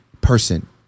person